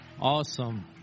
Awesome